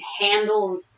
handle